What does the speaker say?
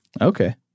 Okay